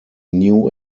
new